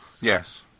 Yes